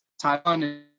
Taiwan